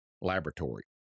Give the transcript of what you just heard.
laboratory